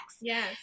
yes